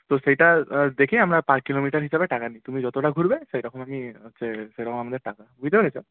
তো সেইটা দেখে আমরা পার কিলোমিটার হিসেবে টাকা নিই তুমি যতটা ঘুরবে সেই রকম আমি হচ্ছে সেরম আমাদের টাকা বুঝতে পেরেছ